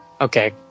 okay